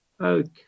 Okay